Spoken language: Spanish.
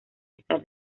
pesar